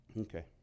Okay